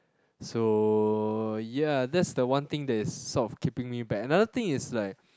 so ya that's the one thing that is sort of keeping me back another thing is like